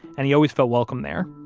and he always felt welcome there,